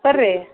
ಬನ್ರಿ